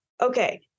okay